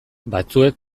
batzuek